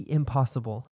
impossible